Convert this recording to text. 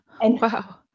wow